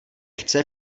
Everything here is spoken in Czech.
chce